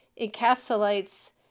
encapsulates